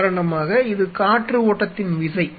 உதாரணமாக இது காற்று ஓட்டத்தின் விசை